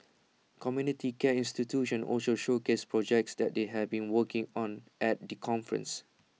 community care institutions also showcased projects that they have been working on at the conference